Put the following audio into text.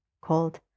called